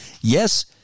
Yes